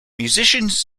musicians